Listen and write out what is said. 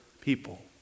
people